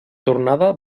tornada